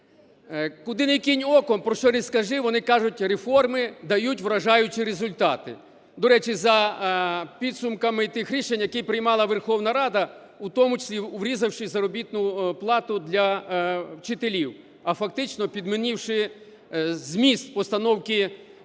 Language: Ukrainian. Куди не кинь оком, про що не скажи, вони кажуть: реформи дають вражаючі результати. До речі, за підсумками тих рішень, які приймала Верховна Рада, у тому числі урізавши заробітну плату для вчителів, а фактично підмінивши зміст постановки проблеми.